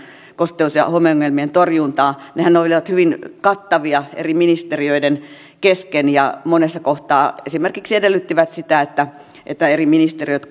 kosteus ja homeongelmien torjuntaan nehän olivat hyvin kattavia eri ministeriöiden kesken ja monessa kohtaa esimerkiksi edellyttivät sitä että että eri ministeriöt